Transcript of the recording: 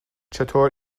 چطور